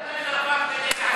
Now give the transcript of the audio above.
ועדת,